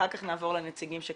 אחר כך נעבור לנציגים של